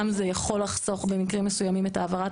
גם זה יכול לחסוך במקרים מסוימים את העברת